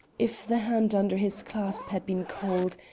if the hand under his clasp had been cold,